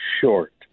short